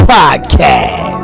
Podcast